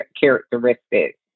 characteristics